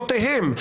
ובסמכויותיהם,